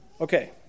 Okay